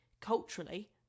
culturally